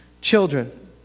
Children